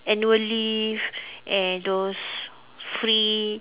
annual leave and those free